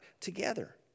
together